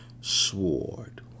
sword